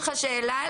הפרדה.